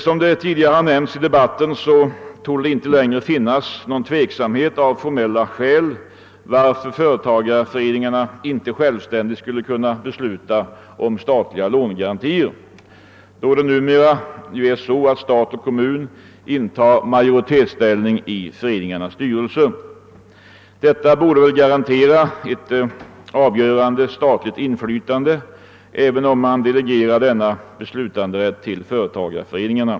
Som det redan sagts i debatten torde det inte längre av formella skäl finnas någon tveksamhet att ge företagareföreningarna rätt att självständigt besluta om statliga lånegarantier, eftersom statens och kommunernas representanter har majoritet i föreningarnas styrelser. Detta borde garantera ett avgörande statligt inflytande, även om man delegerar beslutanderätten till företagareföreningarna.